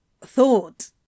thought